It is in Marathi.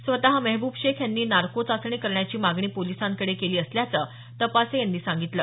स्वतः महेबूब शेख यांनी नार्को चाचणी करण्याची मागणी पोलिसांकडे केली असल्याचं तपासे यांनी सांगितलं